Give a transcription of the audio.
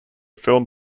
film